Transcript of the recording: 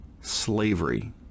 slavery